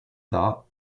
that